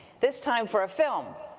this time for a film.